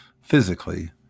physically